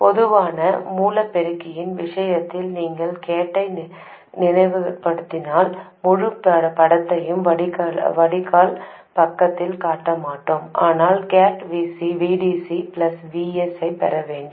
பொதுவான மூல பெருக்கியின் விஷயத்தில் நீங்கள் கேட்டை நினைவுபடுத்தினால் முழு படத்தையும் வடிகால் பக்கத்தில் காட்டமாட்டேன் ஆனால் கேட் Vdc Vs ஐப் பெற வேண்டும்